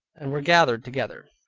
and were gathered together,